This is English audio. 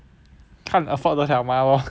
看 afford 得了吗 lor